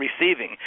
receiving